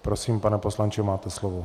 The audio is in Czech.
Prosím, pane poslanče, máte slovo.